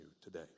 today